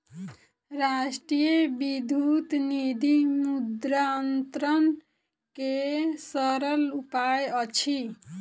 राष्ट्रीय विद्युत निधि मुद्रान्तरण के सरल उपाय अछि